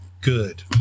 good